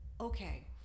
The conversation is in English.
okay